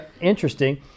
interesting